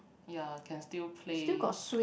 ya can still play